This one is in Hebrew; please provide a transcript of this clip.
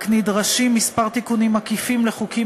רק נדרשים כמה תיקונים עקיפים לחוקים